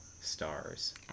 stars